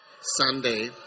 Sunday